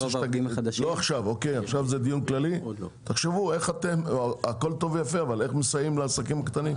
עכשיו זה דיון כללי אבל תחשבו איך מסייעים לעסקים הקטנים.